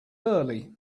early